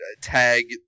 tag